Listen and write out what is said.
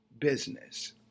business